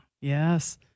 Yes